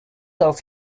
else